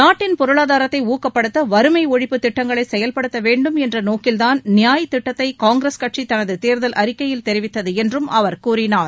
நாட்டின் பொருளாதாரத்தை ஊக்கப்படுத்த வறுமை ஒழிப்புத் திட்டங்களை செயவ்படுத்த வேண்டும் என்ற நோக்கில்தான் நியாய் திட்டத்தை காங்கிரஸ் கட்சி தனது தேர்தல் அறிக்கையில் தெரிவித்தது என்றும் அவர் கூறினார்